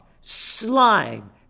slime